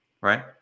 right